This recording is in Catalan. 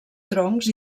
troncs